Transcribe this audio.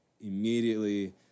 immediately